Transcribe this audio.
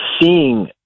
seeing